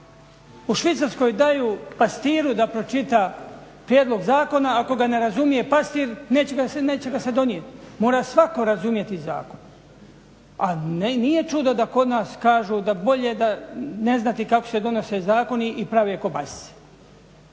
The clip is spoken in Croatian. U Švicarskoj daju pastiru da pročita prijedlog zakona, ako ga ne razumije pastir neće ga se donijeti. Mora svako razumjeti zakon. a nije čudo da kod nas kažu da bolje ne znati kako se donose zakoni i prave kobasice,